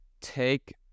take